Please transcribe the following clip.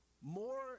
more